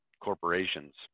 corporations